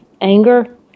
anger